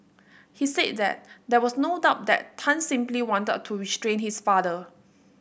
he said that there was no doubt that Tan simply wanted to restrain his father